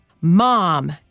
Mom